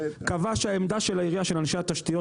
קבע שהעמדה של העירייה של אנשי התשתיות